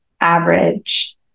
average